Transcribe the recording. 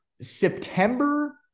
September